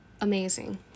amazing